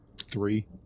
three